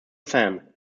sam